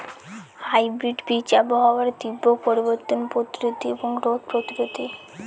hybrid বীজ আবহাওয়ার তীব্র পরিবর্তন প্রতিরোধী এবং রোগ প্রতিরোধী